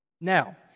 Now